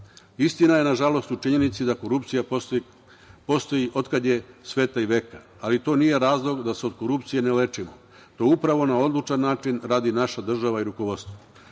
savest. Istina je, nažalost, u činjenici da korupcija postoji od kad je sveta i veka, ali to nije razlog da se od korupcije ne lečimo. To upravo na odlučan način radi naša država i rukovodstvo. Poslanička